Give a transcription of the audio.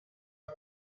bwo